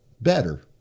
better